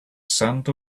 scent